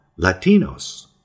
Latinos